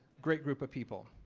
great group of people.